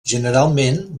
generalment